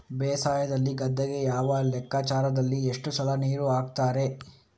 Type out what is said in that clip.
ಬೇಸಾಯದಲ್ಲಿ ಗದ್ದೆಗೆ ಯಾವ ಲೆಕ್ಕಾಚಾರದಲ್ಲಿ ಎಷ್ಟು ಸಲ ನೀರು ಹಾಕ್ತರೆ?